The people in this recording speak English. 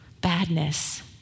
badness